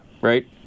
Right